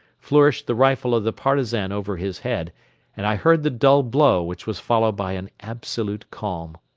flourished the rifle of the partisan over his head and i heard the dull blow which was followed by an absolute calm.